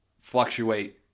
fluctuate